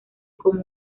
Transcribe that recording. como